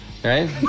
Right